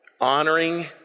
Honoring